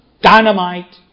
dynamite